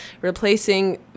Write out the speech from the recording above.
replacing